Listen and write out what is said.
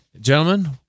Gentlemen